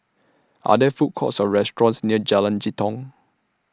Are There Food Courts Or restaurants near Jalan Jitong